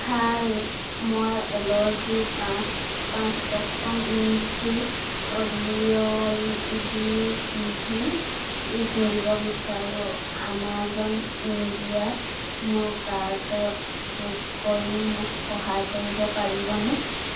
হাই মই L O G পাঁচ পাঁচ পচঁপন্ন inch O L E D TV কিনিব বিচাৰোঁ আমাজন ইণ্ডিয়াত মোৰ কাৰ্টত যোগ কৰি মোক সহায় কৰিব পাৰিবনে